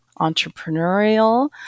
entrepreneurial